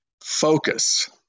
focus